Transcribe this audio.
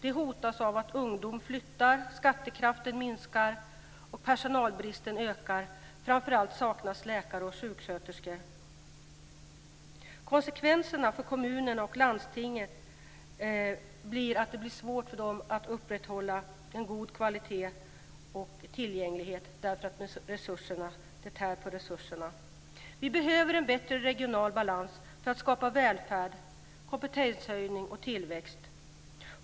Den hotas av att ungdomen flyttar, skattekraften minskar och personalbristen ökar. Framför allt saknas läkare och sjuksköterskor. Konsekvenserna för kommunen och landstinget är att det blir svårt för dem att upprätthålla en god kvalitet och tillgänglighet därför att det tär på resurserna. Vi behöver en bättre regional balans för att skapa välfärd, kompetenshöjning och tillväxt.